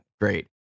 Great